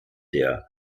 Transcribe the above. der